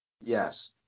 Yes